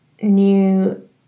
new